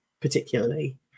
particularly